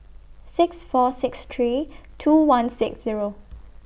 six four six three two one six Zero